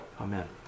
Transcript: Amen